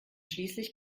schließlich